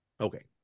Okay